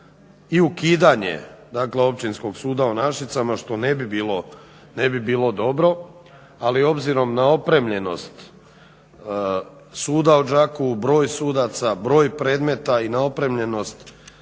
i ukidanje Općinskog suda u Našicama što ne bi bilo dobro, ali obzirom na opremljenost Suda u Đakovu broj sudaca, broj predmeta i na opremljenost